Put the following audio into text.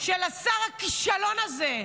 של השר הכישלון הזה,